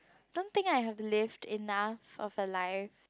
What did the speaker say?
don't think I have to live enough of a life